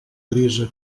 brisa